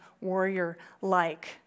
warrior-like